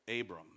Abram